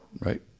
right